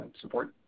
support